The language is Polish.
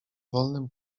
wolnym